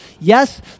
yes